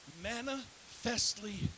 manifestly